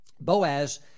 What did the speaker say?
Boaz